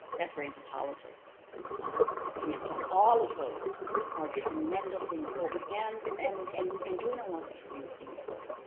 that's where anthropologists um come in. so all of those are tremendously important. and and and and doing a lot of behind the scenes work.